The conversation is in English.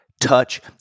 touch